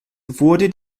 wurde